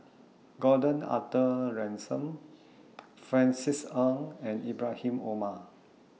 Gordon Arthur Ransome Francis Ng and Ibrahim Omar